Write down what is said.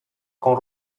con